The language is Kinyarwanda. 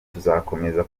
tuzakomeza